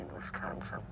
Wisconsin